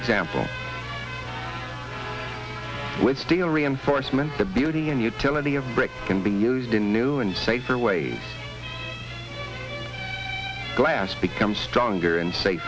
example with steel reinforcement the beauty and utility of brick can be used in new and safer ways glass becomes stronger and sa